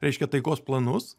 reiškia taikos planus